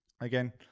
Again